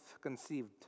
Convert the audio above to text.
conceived